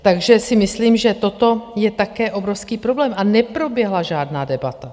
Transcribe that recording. Takže si myslím, že toto je také obrovský problém a neproběhla žádná debata.